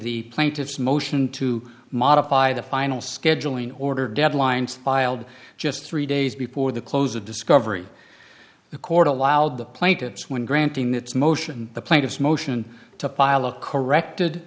the plaintiff's motion to modify the final scheduling order deadlines filed just three days before the close of discovery the court allowed the plaintiffs when granting its motion the plaintiff's motion to pilot corrected